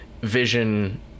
Vision